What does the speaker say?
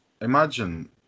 Imagine